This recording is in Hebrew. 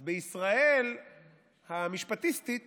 אז בישראל המשפטיסטית